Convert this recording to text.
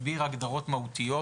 תסביר הגדרות מהותיות,